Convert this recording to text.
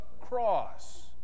cross